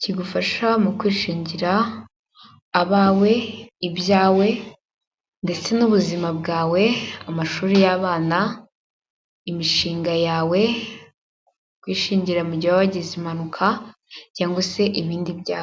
kigufasha mu kwishingira abawe, ibyawe, ndetse n'ubuzima bwawe, amashuri y'abana, imishinga yawe, kwishingira mu gihe waba wagize impanuka cyangwa se ibindi byago.